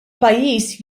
pajjiż